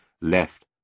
left